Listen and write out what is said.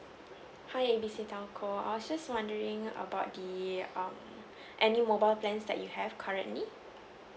hi A B C telco I was just wondering about the um any mobile plans that you have currently